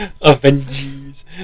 Avengers